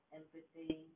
empathy